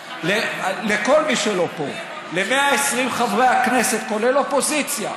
לכל מי שלא פה, ל-120 חברי הכנסת, כולל אופוזיציה: